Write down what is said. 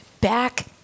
back